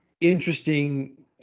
interesting